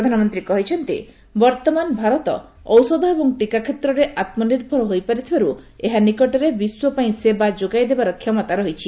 ପ୍ରଧାନମନ୍ତ୍ରୀ କହିଛନ୍ତି ବର୍ତ୍ତମାନ ଭାରତ ଔଷଧ ଏବଂ ଟିକା କ୍ଷେତ୍ରରେ ଆମ୍ନିର୍ଭର ହୋଇପାରିଥିବାରୁ ଏହା ନିକଟରେ ବିଶ୍ୱ ପାଇଁ ସେବା ଯୋଗାଇଦେବାର କ୍ଷମତା ରହିଛି